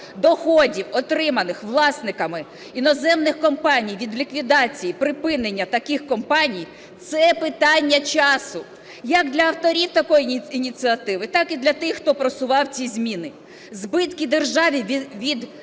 доходів, отриманих власниками іноземних компаній від ліквідації, припинення таких компаній, це питання часу як для авторів такої ініціативи, так і для тих, хто просував ці зміни. Збитки державі від безподаткової